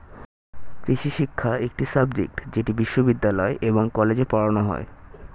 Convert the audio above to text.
কৃষিশিক্ষা একটি সাবজেক্ট যেটি বিশ্ববিদ্যালয় এবং কলেজে পড়ানো হয়